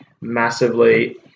massively